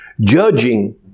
Judging